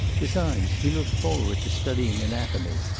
besides, he looked forward to studying anatomy.